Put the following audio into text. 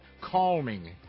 Calming